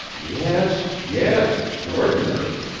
yes, yes, extraordinary!